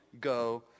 go